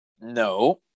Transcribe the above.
no